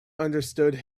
understood